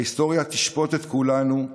ההיסטוריה תשפוט את כולנו,